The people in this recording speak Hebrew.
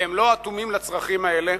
והם לא אטומים לצרכים האלה,